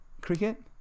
cricket